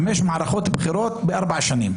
חמש מערכות בחירות בארבע שנים.